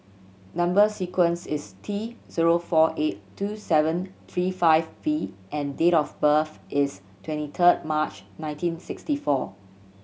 number sequence is T zero four eight two seven three five V and date of birth is twenty third March nineteen sixty four